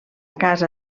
casa